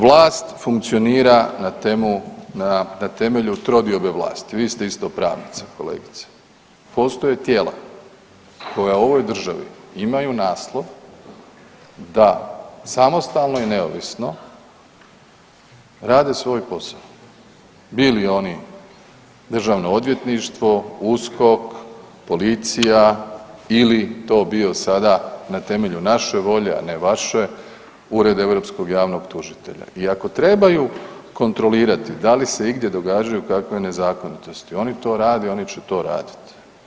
Vlast funkcionira na temelju trodiobe vlasti, vi ste isto pravnica kolegice, postoje tijela koja u ovoj državi imaju naslov da samostalno i neovisno rade svoj posao, bili oni DORH, USKOK, policija ili to bio sada na temelju naše volje, a ne vaše, Ured europskog javnog tužitelja i ako trebaju kontrolirati da li se igdje događaju kakve nezakonitosti, oni to rade i oni će to radit.